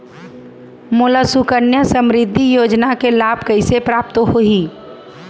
मोला सुकन्या समृद्धि योजना के लाभ कइसे प्राप्त होही?